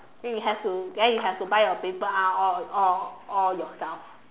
we have to then you have to buy your paper ah all all all yourself